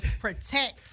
protect